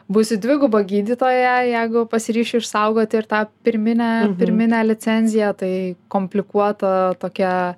būsiu dviguba gydytoja jeigu pasiryšiu išsaugoti ir tą pirminę pirminę licenziją tai komplikuota tokia